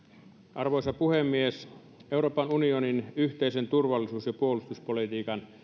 arvoisa puhemies euroopan unionin yhteisen turvallisuus ja puolustuspolitiikan